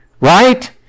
right